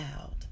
out